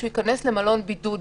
שהוא ייכנס למלון בידוד.